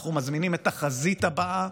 אנחנו מזמינים את החזית הבאה.